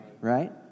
Right